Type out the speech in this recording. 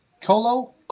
Colo